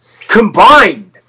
combined